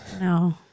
No